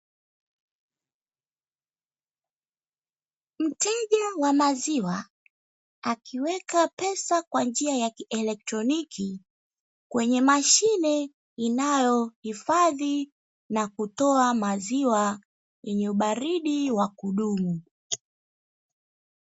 Mteja wa maziwa akiweka pesa kwa njia ya kielektroniki, kwenye mashine inayohifadhi na kutoa maziwa yenye ubaridi wa kudumu.